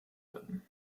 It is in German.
werden